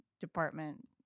department